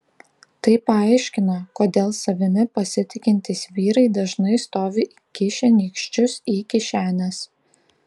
tai paaiškina kodėl savimi pasitikintys vyrai dažnai stovi įkišę nykščius į kišenes